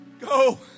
Go